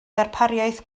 darpariaeth